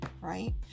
right